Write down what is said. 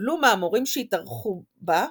שקיבלו מהמורים שהתארחו בה,